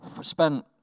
spent